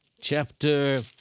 chapter